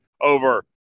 over